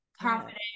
Confident